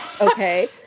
Okay